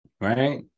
Right